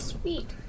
sweet